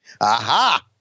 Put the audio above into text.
Aha